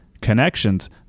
connections